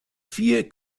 vier